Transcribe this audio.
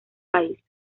país